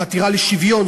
החתירה לשוויון,